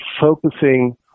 focusing